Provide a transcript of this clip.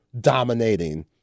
dominating